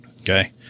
Okay